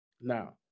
Now